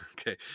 Okay